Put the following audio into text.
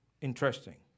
interesting